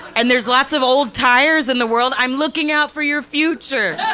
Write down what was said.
and there's lots of old tires in the world, i'm looking out for your future!